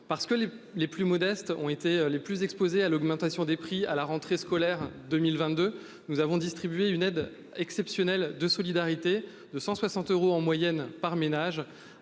parce que les les plus modestes ont été les plus exposés à l'augmentation des prix à la rentrée scolaire 2022. Nous avons distribué une aide exceptionnelle de solidarité de 160 euros en moyenne par ménage